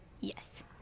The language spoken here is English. yes